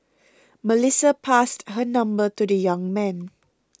Melissa passed her number to the young man